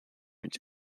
into